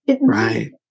right